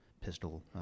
pistol